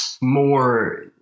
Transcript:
more